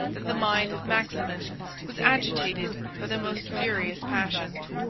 that the mind of maximin was agitated by the most furious passions.